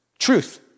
Truth